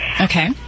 Okay